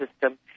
system